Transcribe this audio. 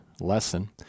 lesson